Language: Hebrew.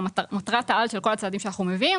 מטרת העל של כל הצעדים שאנחנו מביאים,